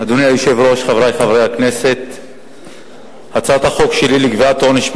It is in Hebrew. אני מזמין את חבר הכנסת חמד עמאר לעלות לדוכן